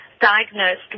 diagnosed